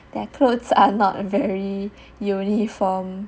their clothes are not err very uniformed